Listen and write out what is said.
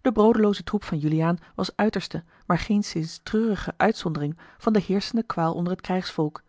de broodelooze troep van juliaan was uiterste maar geenszins treurige uitzondering van de heerschende kwaal onder t krijgsvolk